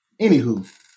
Anywho